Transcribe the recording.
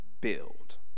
build